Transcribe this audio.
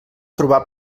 trobar